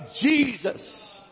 Jesus